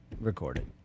recorded